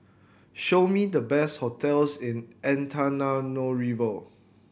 show me the best hotels in Antananarivo